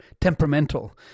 temperamental